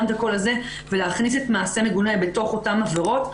את הקול הזה ולהכניס את המעשה המגונה בתוך אותן עבירות.